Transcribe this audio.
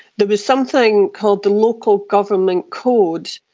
there was something called the local government code,